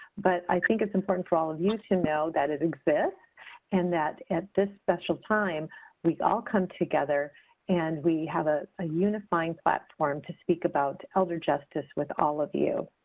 but i think it's important for all of you to know that it exists and at this special time we all come together and we have a ah unifying platform to speak about elder justice with all of you.